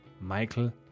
Michael